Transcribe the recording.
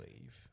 leave